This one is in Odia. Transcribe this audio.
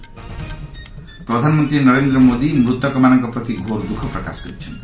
ପ୍ରଧାନମନ୍ତ୍ରୀ ନରେନ୍ଦ୍ର ମୋଦି ମୃତକମାନଙ୍କ ପ୍ରତି ଘୋର ଦ୍ୟୁଖ ପ୍ରକାଶ କରିଛନ୍ତି